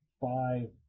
Five